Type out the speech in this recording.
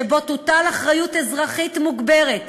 שבו תוטל אחריות אזרחית מוגברת